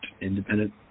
independent